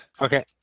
Okay